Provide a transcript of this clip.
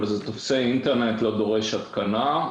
אבל זה טופסי אינטרנט ולא דורש התקנה.